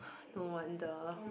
no wonder